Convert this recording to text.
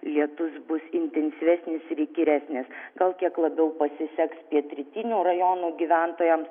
lietus bus intensyvesnis ir įkyresnis gal kiek labiau pasiseks pietrytinių rajonų gyventojams